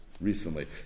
Recently